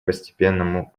постепенному